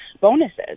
bonuses